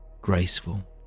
graceful